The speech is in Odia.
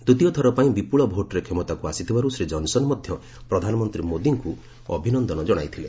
ଦ୍ୱିତୀୟଥର ପାଇଁ ବିପୁଳ ଭୋଟ୍ରେ କ୍ଷମତାକୁ ଆସିଥିବାରୁ ଶ୍ରୀ ଜନ୍ସନ୍ ମଧ୍ୟ ପ୍ରଧାନମନ୍ତ୍ରୀ ମୋଦିଙ୍କୁ ଅଭିନନ୍ଦନ ଜଣାଇଥିଲେ